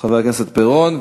חבר הכנסת פירון,